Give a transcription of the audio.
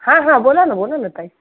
हा हां बोला ना बोला ना ताई